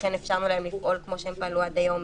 ולכן אפשרנו להם לפעול כמו שהם פעלו עד היום,